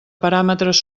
paràmetres